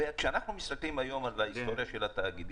כשאנחנו מסתכלים היום על ההיסטוריה של התאגידים,